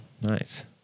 Nice